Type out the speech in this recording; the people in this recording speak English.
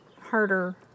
harder